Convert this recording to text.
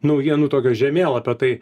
naujienų tokio žemėlapio tai